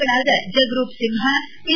ಗಳಾದ ಜಗರೂಪ್ ಸಿಂಹ ಪಿ